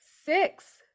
six